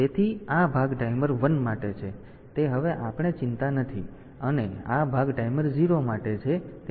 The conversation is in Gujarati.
તેથી તે હવે આપણી ચિંતા નથી અને આ ભાગ ટાઈમર 0 માટે છે તેમાંથી આ ગેટ છે